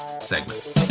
segment